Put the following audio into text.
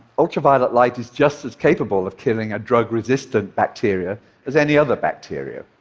ultraviolet light is just as capable of killing a drug-resistant bacteria as any other bacteria,